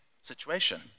situation